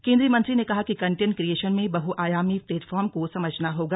केंद्रीय मंत्री ने कहा कि कंटेंट क्रियेशन में बहुआयामी प्लेटफार्म को समझना होगा